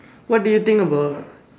what do you think about